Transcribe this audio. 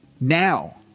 now